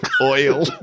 Oil